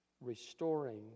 restoring